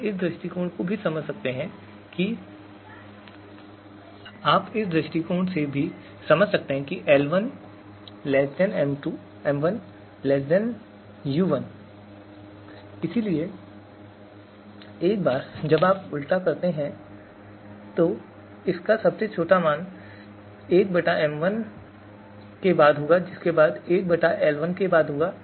आप इस दृष्टिकोण से भी समझ सकते हैं कि l1m1ul इसलिए एक बार जब आप उलटा करते हैं तो इसका सबसे छोटा मान 1m1 के बाद होगा जिसके बाद 1l1 होगा